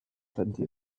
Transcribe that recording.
plenty